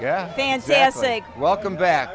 yeah fantastic welcome back